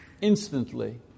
instantly